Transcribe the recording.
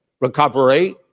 recovery